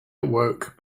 awoke